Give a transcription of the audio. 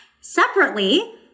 Separately